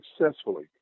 successfully